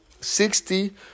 sixty